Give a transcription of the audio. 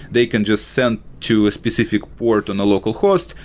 they can just send to a specific port on a local host,